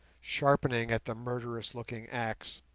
sharpening at the murderous-looking axe.